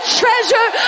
treasure